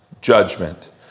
judgment